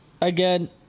again